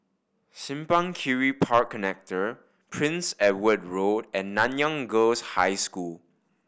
Simpang Kiri Park Connector Prince Edward Road and Nanyang Girls' High School